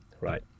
Right